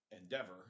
Endeavor